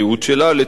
אבל לצערנו,